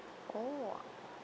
oh